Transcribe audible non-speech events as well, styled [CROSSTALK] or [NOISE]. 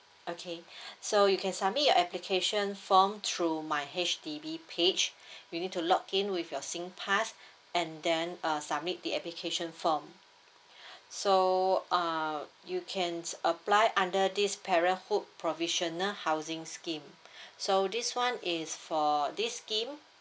okay [BREATH] so you can submit your application form through my H_D_B page [BREATH] you need to login with your singpass and then uh submit the application form [BREATH] so uh you can apply under this parenthood provisional housing scheme [BREATH] so this one is for this scheme